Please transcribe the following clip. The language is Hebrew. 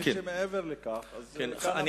מי שמעבר לכך, כאן המחלוקת.